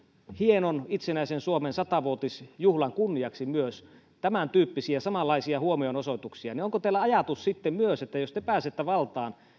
hienon itsenäisen suomen sata vuotisjuhlan kunniaksi myös tämäntyyppisiä samanlaisia huomionosoituksia niin onko teillä ajatus sitten myös että jos te pääsette valtaan niin